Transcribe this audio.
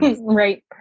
right